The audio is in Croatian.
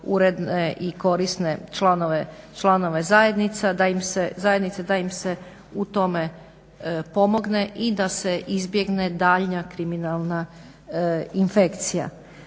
uredne i korisne članove zajednice, da im se u tome pomogne i da se izbjegne daljnja kriminalna infekcija.